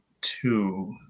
two